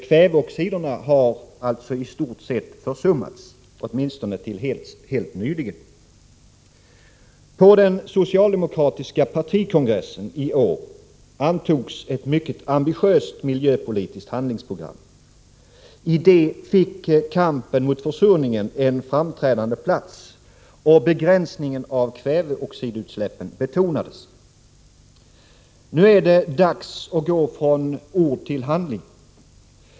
Kväveoxiderna har alltså i stort sett försummats — åtminstone till helt nyligen. På den socialdemokratiska partikongressen i år antogs ett mycket ambitiöst miljöpolitiskt handlingsprogram. I detta fick kampen mot försurningen en framträdande plats. Begränsningen av kväveoxidutsläppen betonades. Nu är det dags att gå från ord till handling.